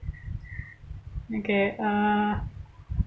okay uh